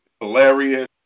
hilarious